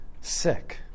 sick